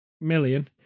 million